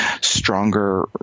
stronger